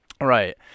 Right